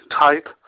type